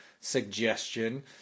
suggestion